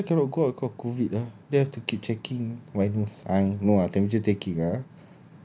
no lah I scared cannot go out got COVID lah they have to keep checking my nose eyes no temperature taking ah